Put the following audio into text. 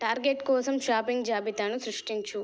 target కోసం shopping జాబితాను సృష్టించు